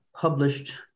published